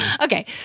Okay